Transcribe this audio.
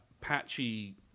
patchy